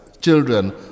children